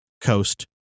Coast